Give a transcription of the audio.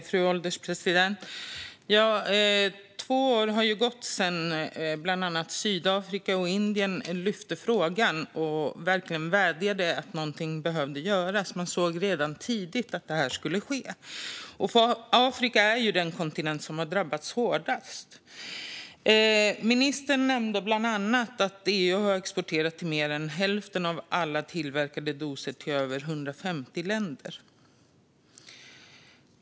Fru ålderspresident! Två år har gått sedan bland annat Sydafrika och Indien lyfte upp frågan, vädjade och sa att något behövde göras. Man såg redan tidigt vad som skulle ske. Afrika är den kontinent som har drabbats hårdast. Ministern nämnde bland annat att EU har exporterat mer än hälften av alla tillverkade doser till över 150 länder.